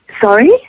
Sorry